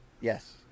Yes